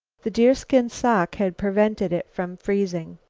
the deerskin sock had prevented it from freezing.